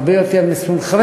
הרבה יותר מסונכרנת.